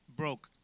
broke